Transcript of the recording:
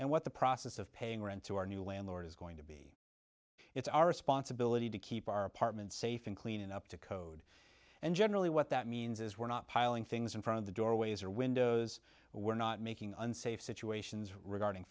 and what the process of paying rent to our new landlord is going to be it's our responsibility to keep our apartment safe and clean it up to code and generally what that means is we're not piling things in front of the doorways or windows we're not making unsafe situations regarding